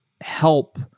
help